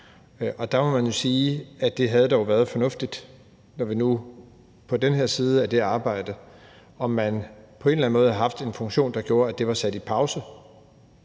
Og der må man jo sige, at det havde dog været fornuftigt, når nu vi er på den her side af det arbejde, hvis man på en eller anden måde havde haft en funktion, der gjorde, at det var sat på pause.